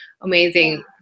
amazing